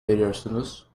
veriyorsunuz